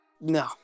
No